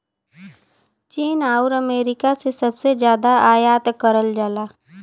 चीन आउर अमेरिका से सबसे जादा आयात करल जाला